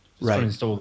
Right